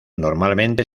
normalmente